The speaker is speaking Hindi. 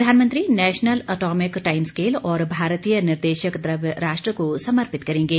प्रधानमंत्री नेशनल एटॉमिक टाइमस्केल और भारतीय निर्देशक द्रव्य राष्ट्र को समर्पित करेंगे